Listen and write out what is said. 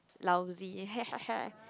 lousy